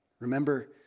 Remember